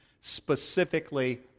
specifically